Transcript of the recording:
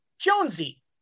Jonesy